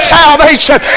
salvation